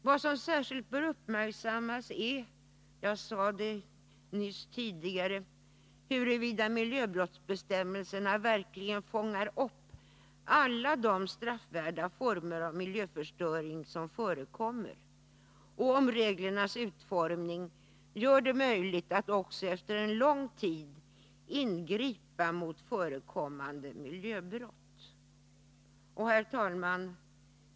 Vad som särskilt bör uppmärksammas är, som jag tidigare sade, om miljöbrottsbestämmelserna verkligen fångar upp alla de straffvärda former av miljöförstöring som förekommer och om reglernas utformning gör det möjligt att också efter en lång tid ingripa mot förekommande miljöbrott. Herr talman!